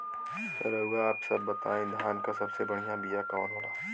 रउआ आप सब बताई धान क सबसे बढ़ियां बिया कवन होला?